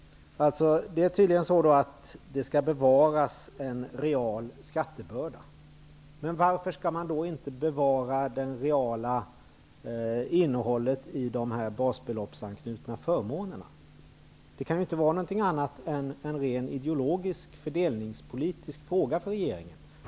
En real skattebörda skall tydligen bevaras. Men varför skall man inte bevara det reala innehållet i de basbeloppsanknutna förmånerna? Det kan inte vara något annat än en ren ideologisk fördelningspolitisk fråga för regeringen.